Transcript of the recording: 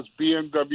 BMW